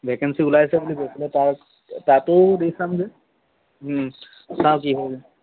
vacancy ওলাইছে বুলি কৈছিলে তাৰ তাতো দি চামগৈ চাও কি হয়গৈ